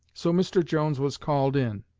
so mr. jones was called in.